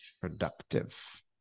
productive